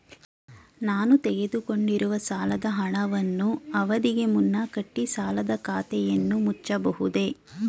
ನಾನು ತೆಗೆದುಕೊಂಡಿರುವ ಸಾಲದ ಹಣವನ್ನು ಅವಧಿಗೆ ಮುನ್ನ ಕಟ್ಟಿ ಸಾಲದ ಖಾತೆಯನ್ನು ಮುಚ್ಚಬಹುದೇ?